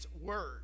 word